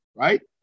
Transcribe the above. right